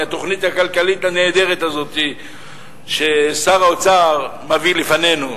מהתוכנית הכלכלית הנהדרת הזאת ששר האוצר מביא לפנינו?